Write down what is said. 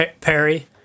Perry